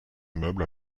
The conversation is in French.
meuble